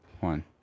one